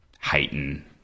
heighten